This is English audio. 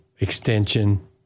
extension